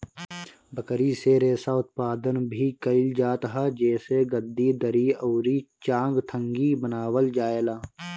बकरी से रेशा उत्पादन भी कइल जात ह जेसे गद्दी, दरी अउरी चांगथंगी बनावल जाएला